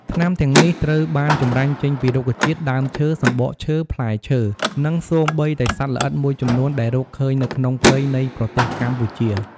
ថ្នាំទាំងនេះត្រូវបានចម្រាញ់ចេញពីរុក្ខជាតិ ដើមឈើ សំបកឈើ ផ្លែឈើ និងសូម្បីតែសត្វល្អិតមួយចំនួនដែលរកឃើញនៅក្នុងព្រៃនៃប្រទេសកម្ពុជា។